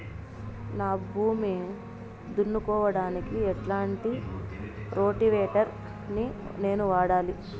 నా భూమి దున్నుకోవడానికి ఎట్లాంటి రోటివేటర్ ని నేను వాడాలి?